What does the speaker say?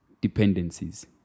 dependencies